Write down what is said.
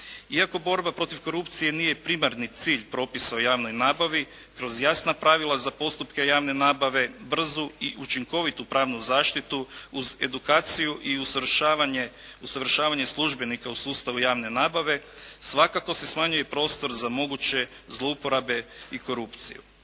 Iako borba protiv korupcije nije primarni cilj propisa o javnoj nabavi kroz jasna pravila za postupke javne nabave, brzu i učinkovitu pravnu zaštitu uz edukaciju i usavršavanje službenika u sustavu javne nabave svakako se smanjuje prostor za moguće zlouporabe i korupciju.